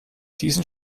diesen